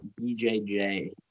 BJJ